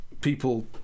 people